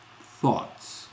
Thoughts